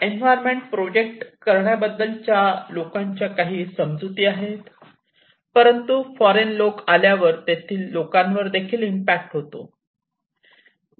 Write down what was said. environment protect करण्याबद्दल लोकांच्या काही समजुती आहेत परंतु फॉरेन लोक आल्यावर तेथील लोकांवर इम्पॅक्ट होतो